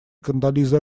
кондолизы